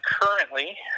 currently